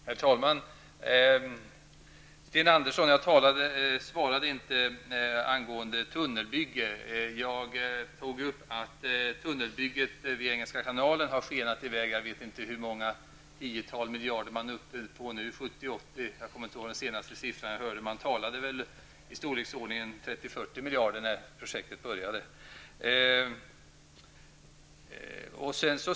GHerr talman! Jag svarade inte angående tunnelbygget, Sten Andersson i Malmö. Jag sade att kostnaderna för tunnelbygget vid Engelska kanalen har skenat i väg. Den senaste siffran kommer jag inte ihåg, om det är 70 eller 80 miljarder. Man talade väl om kostnader i storleken 30--40 miljarder när projektet påbörjades.